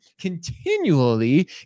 continually